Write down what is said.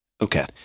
Okay